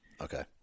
okay